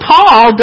Paul